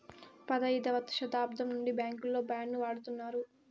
పదైదవ శతాబ్దం నుండి బ్యాంకుల్లో బాండ్ ను వాడుతున్నారు